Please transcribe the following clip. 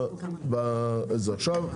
עכשיו,